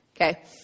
okay